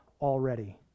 already